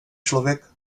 člověk